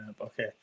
Okay